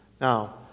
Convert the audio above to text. Now